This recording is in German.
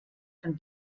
von